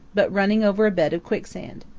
but running over a bed of quicksand.